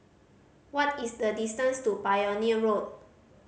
what is the distance to Pioneer Road